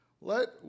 Let